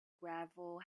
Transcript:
gravel